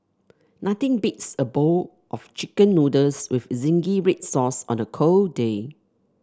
nothing beats a bowl of chicken noodles with zingy red sauce on a cold day